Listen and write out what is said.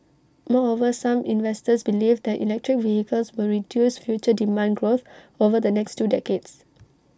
moreover some investors believe that electric vehicles will reduce future demand growth over the next two decades